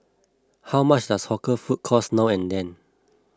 how much does hawker food cost now and then